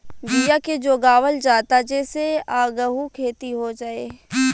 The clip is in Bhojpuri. बिया के जोगावल जाता जे से आगहु खेती हो जाए